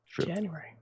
January